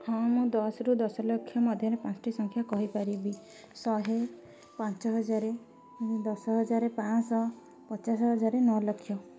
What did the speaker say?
ହଁ ମୁଁ ଦଶରୁ ଦଶଲକ୍ଷ ମଧ୍ୟରେ ପାଞ୍ଚଟି ସଂଖ୍ୟା କହିପାରିବି ଶହେ ପାଞ୍ଚ ହଜାର ଦଶ ହଜାର ପାଞ୍ଚ ଶହ ପଚାଶ ହଜାର ନଅଲକ୍ଷ